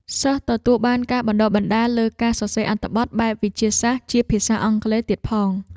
សិស្សទទួលបានការបណ្តុះបណ្តាលលើការសរសេរអត្ថបទបែបវិទ្យាសាស្ត្រជាភាសាអង់គ្លេសទៀតផង។